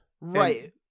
right